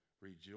Rejoice